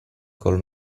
col